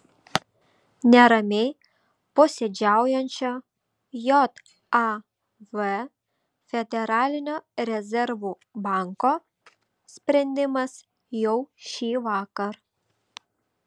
neramiai posėdžiaujančio jav federalinio rezervų banko sprendimas jau šįvakar